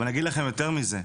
אבל אני אגיד לכם יותר מזה,